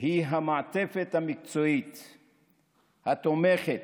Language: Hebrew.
המעטפת המקצועית התומכת,